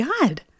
God